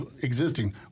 existing